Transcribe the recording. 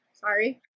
Sorry